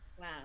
Wow